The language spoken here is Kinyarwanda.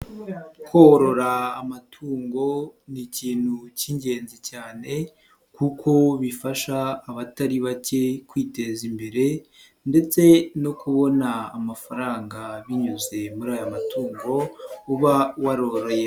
Korora amatungo ni ikintu cy'ingenzi cyane kuko bifasha abatari bake kwiteza imbere ndetse no kubona amafaranga binyuze muri aya matungo uba waroroye.